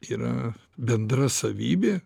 yra bendra savybė